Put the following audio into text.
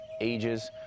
ages